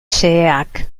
xeheak